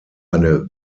eine